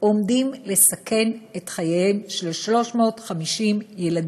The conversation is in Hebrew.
עומדים לסכן את חייהם של 350 ילדים.